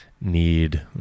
need